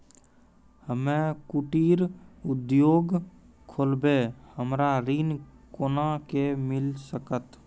हम्मे कुटीर उद्योग खोलबै हमरा ऋण कोना के मिल सकत?